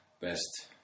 Best